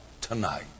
tonight